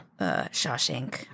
Shawshank